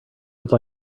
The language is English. would